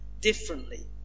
differently